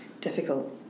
Difficult